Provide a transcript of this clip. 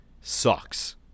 sucks